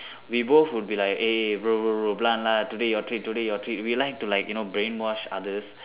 we both will be like eh bro bro bro belan lah today your treat today your treat we like to like you know brainwash others